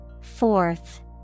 Fourth